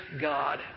God